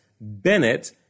Bennett